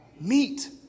Meat